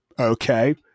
okay